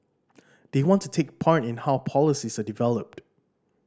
they want to take part in how policies are developed